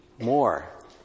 more